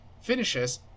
finishes